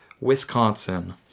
Wisconsin